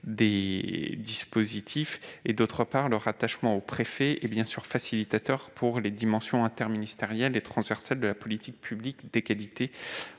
dispositifs. D'autre part, le rattachement au préfet est bien sûr un facteur facilitateur pour les dimensions interministérielles et transversales de la politique publique d'égalité